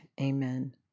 Amen